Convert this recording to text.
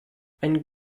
ein